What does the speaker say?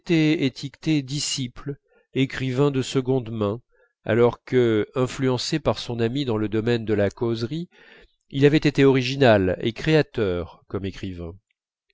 étiqueté disciple écrivain de seconde main alors que influencé par son ami dans le domaine de la causerie il avait été original et créateur comme écrivain